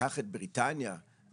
ניקח את בריטניה כדוגמה,